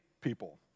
people